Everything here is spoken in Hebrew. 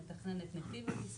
הוא מתכנן את נתיב הטיסה,